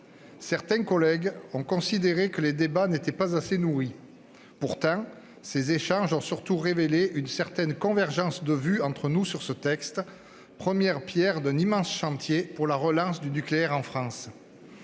Certains collègues ont considéré que ces débats n'étaient pas assez nourris. Pourtant, ces échanges ont surtout révélé une certaine convergence de vues entre nous sur ce texte, première pierre d'un immense chantier pour la relance du nucléaire en France.